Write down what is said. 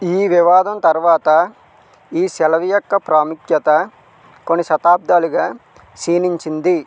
ఈ వివాదం తరువాత ఈ సెలవు యొక్క ప్రాముఖ్యత కొన్ని శతాబ్దాలుగా క్షీణించింది